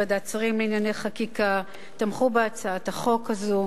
וועדת שרים לענייני חקיקה תמכו בהצעת החוק הזו.